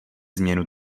změnu